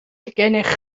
gennych